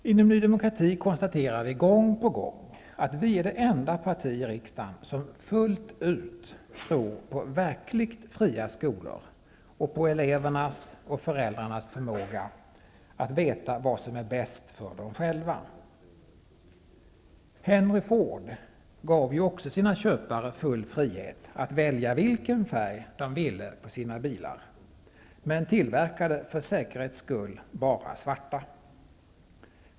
Vi inom Ny demokrati konstaterar gång på gång att vi är det enda parti i riksdagen som fullt ut tror på verkligt fria skolor och på elevernas och föräldrarnas förmåga att veta vad som är bäst för dem själva. Henry Ford gav ju också sina köpare full frihet att välja vilken färg de ville på sina bilar, men han tillverkade för säkerhets skull bara svarta.